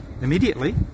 immediately